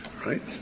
Right